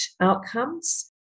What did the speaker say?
outcomes